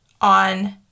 on